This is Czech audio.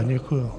Děkuju.